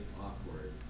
awkward